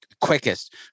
quickest